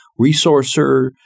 resourcer